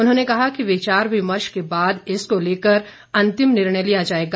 उन्होंने कहा कि विचार विमर्श करने के बाद इसको लेकर अंतिम निर्णय लिया जाएगा